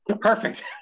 Perfect